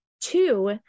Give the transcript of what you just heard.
two